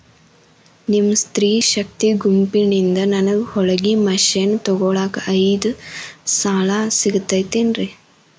ನಿಮ್ಮ ಸ್ತ್ರೇ ಶಕ್ತಿ ಗುಂಪಿನಿಂದ ನನಗ ಹೊಲಗಿ ಮಷೇನ್ ತೊಗೋಳಾಕ್ ಐದು ಸಾಲ ಸಿಗತೈತೇನ್ರಿ?